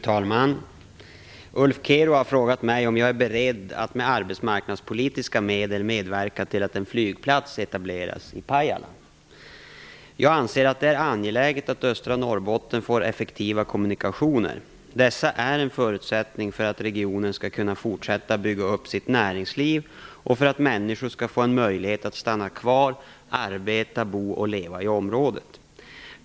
Fru talman! Ulf Kero har frågat mig om jag är beredd att med arbetsmarknadspolitiska medel medverka till att en flygplats etableras i Pajala. Jag anser att det är angeläget att östra Norrbotten får effektiva kommunikationer. Dessa är en förutsättning för att regionen skall kunna fortsätta bygga upp sitt näringsliv och för att människor skall få en möjlighet att stanna kvar, arbeta, bo och leva i området.